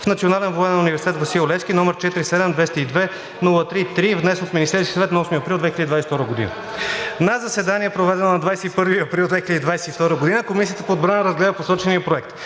Национален военен университет „Васил Левски“, № 47-202-03-3, внесен от Министерския съвет на 8 април 2022 г. На заседание, проведено на 21 април 2022 г., Комисията по отбрана разгледа посочения проект.